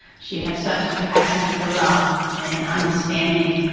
she has such a capacity for love and understanding.